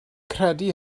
credu